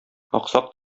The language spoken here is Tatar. аксак